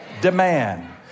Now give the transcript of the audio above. demand